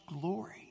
glory